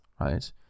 right